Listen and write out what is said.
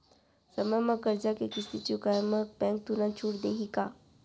समय म करजा के किस्ती चुकोय म बैंक तुरंत छूट देहि का?